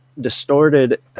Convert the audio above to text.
distorted